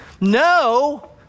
no